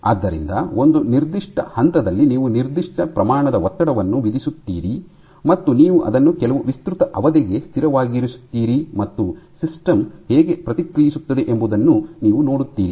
ಆದ್ದರಿಂದ ಒಂದು ನಿರ್ದಿಷ್ಟ ಹಂತದಲ್ಲಿ ನೀವು ನಿರ್ದಿಷ್ಟ ಪ್ರಮಾಣದ ಒತ್ತಡವನ್ನು ವಿಧಿಸುತ್ತೀರಿ ಮತ್ತು ನೀವು ಅದನ್ನು ಕೆಲವು ವಿಸ್ತೃತ ಅವಧಿಗೆ ಸ್ಥಿರವಾಗಿರಿಸುತ್ತೀರಿ ಮತ್ತು ಸಿಸ್ಟಮ್ ಹೇಗೆ ಪ್ರತಿಕ್ರಿಯಿಸುತ್ತದೆ ಎಂಬುದನ್ನು ನೀವು ನೋಡುತ್ತೀರಿ